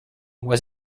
was